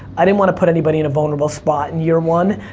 i didn't want to put anybody in a vulnerable spot in year one,